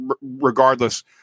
regardless